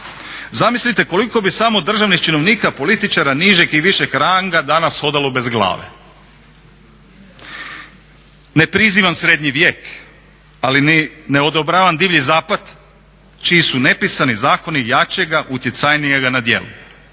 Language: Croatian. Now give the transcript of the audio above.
Zamislite koliko bi samo državnih činovnika, političara, nižeg i višeg ranga danas hodalo bez glave. Ne prizivam srednji vijek ali ne odobravam Divlji zapad čiji su nepisani zakoni jačega, utjecajnijega na djelu.